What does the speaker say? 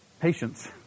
Patience